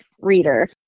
reader